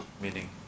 meaning